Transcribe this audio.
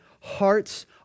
hearts